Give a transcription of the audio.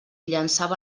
llançava